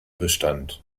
bestand